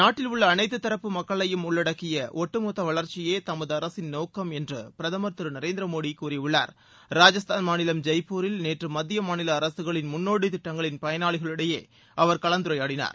நாட்டில் உள்ள அனைத்து தரப்பு மக்களையும் உள்ளடக்கிய ஒட்டு மொத்த வளர்ச்சியே தமது அரசின் நோக்கம் என்று பிரதமர் திரு நரேந்திர மோடி கூறியுள்ளார் ராஜஸ்தான் மாநிலம் ஜெய்ப்பூரில்நேற்று மத்திய மாநில அரசுகளின் முன்னோடி திட்டங்களின் பயனாளிகளிடையே அவர் கலந்துரையாடினார்